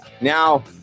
Now